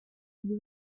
you